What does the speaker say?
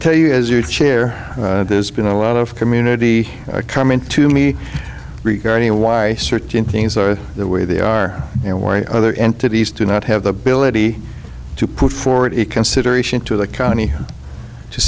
tell you as you chair there's been a lot of community comment to me regarding why certain things are the way they are and why other entities do not have the ability to put forward a consideration to the county to